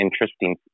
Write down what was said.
interesting